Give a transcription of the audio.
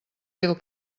del